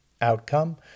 outcome